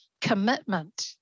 commitment